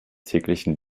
täglichen